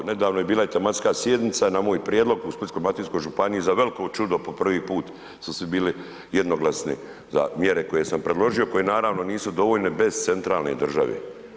Nedavno je bila i tematska sjednica na moj prijedlog u Splitsko-dalmatinskoj županiji za veliko čudo po prvi put su svi bili jednoglasni za mjere koje sam predložio koje, koje naravno nisu dovoljne bez centralne države.